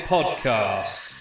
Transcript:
Podcast